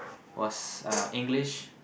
was uh English